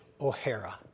O'Hara